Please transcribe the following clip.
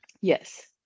Yes